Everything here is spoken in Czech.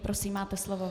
Prosím, máte slovo.